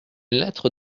lettre